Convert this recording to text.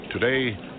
Today